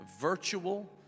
virtual